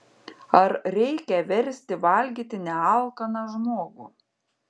ar reikia versti valgyti nealkaną žmogų